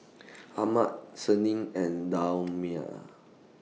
Ahmad Senin and Damia